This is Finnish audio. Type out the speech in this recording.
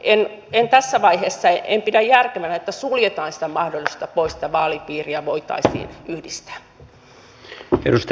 en tässä vaiheessa pidä järkevänä että suljetaan sitä mahdollisuutta pois että vaalipiirejä voitaisiin yhdistää